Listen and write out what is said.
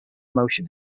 motion